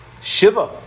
Shiva